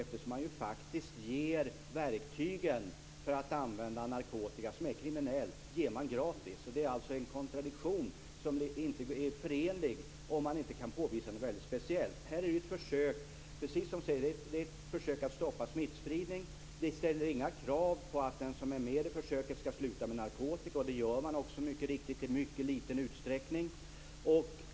Man ger ju faktiskt gratis ut verktygen för att använda narkotika, något som är kriminellt. Det är en kontradiktion som inte blir förenlig om man inte kan påvisa något väldigt speciellt. Här gäller det som sagt ett försök att stoppa smittspridning. Det ställs inga krav på att de som är med i försöket skall sluta med narkotika. Det sker mycket riktigt också i mycket liten utsträckning.